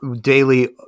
daily